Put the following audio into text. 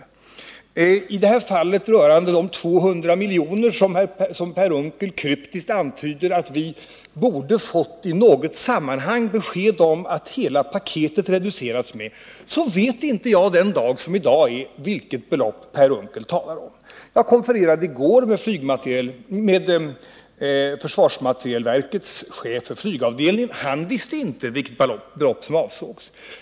När det gäller de här 200 miljonerna — ett belopp som hela paketet skulle kunna reduceras med och som Per Unckel kryptiskt antyder att vi i något sammanhang borde ha fått besked om — vet inte jag den dag som i dag är vilket belopp Per Unckel talar om. Jag konfererade i går med chefen för försvarets materielverks flygavdelning. Han visste inte vilket belopp som avsågs.